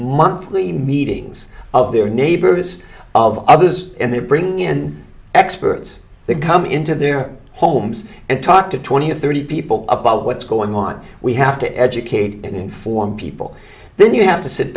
monthly meetings of their neighbors of others and they're bringing in experts that come into their homes and talk to twenty or thirty people about what's going on we have to educate and inform people then you have to sit